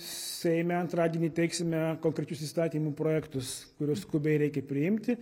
seime antradienį teiksime konkrečius įstatymų projektus kuriuos skubiai reikia priimti